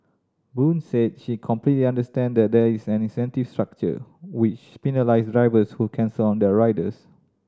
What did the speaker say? Boon said she complete understand that there is an incentive structure which penalise drivers who cancel on their riders